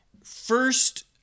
First